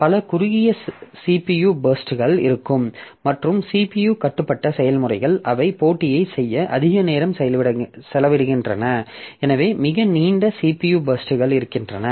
பல குறுகிய CPU பர்ஸ்ட்கள் இருக்கும் மற்றும் CPU கட்டுப்பட்ட செயல்முறைகள் அவை போட்டியைச் செய்ய அதிக நேரம் செலவிடுகின்றன எனவே மிக நீண்ட CPU பர்ஸ்ட்கள் இருக்கின்றன